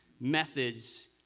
methods